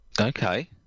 okay